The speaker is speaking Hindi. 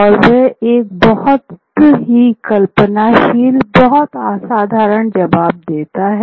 और वह एक बहुत ही कल्पनाशील बहुत असाधारण जवाब देता है